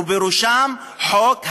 ובראשם חוק הלאום.